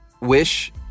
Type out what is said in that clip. wish